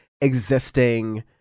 existing